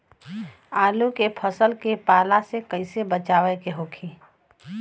आलू के फसल के पाला से कइसे बचाव होखि?